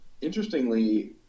interestingly